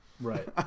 Right